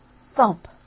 thump